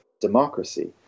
democracy